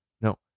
No